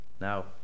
now